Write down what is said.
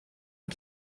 and